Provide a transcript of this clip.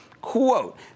quote